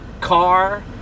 car